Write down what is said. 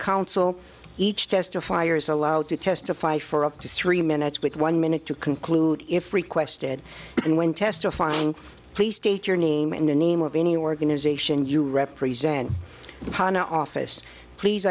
council each testifiers allowed to testify for up to three minutes with one minute to conclude if requested and when testifying please state your name and the name of any organization you represent the pano office please